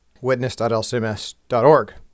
witness.lcms.org